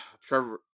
Trevor